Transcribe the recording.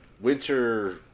Winter